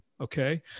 okay